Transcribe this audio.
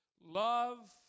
Love